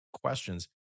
questions